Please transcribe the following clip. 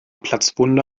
platzwunde